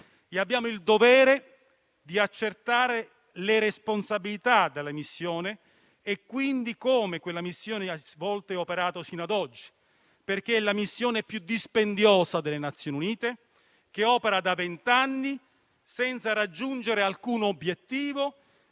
Abbiamo il dovere di accertare le responsabilità della missione e quindi come veniva svolta e ha operato sino ad oggi, perché è la più dispendiosa delle Nazioni Unite, che opera da vent'anni senza raggiungere alcun obiettivo,